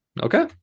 Okay